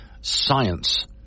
science